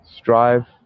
Strive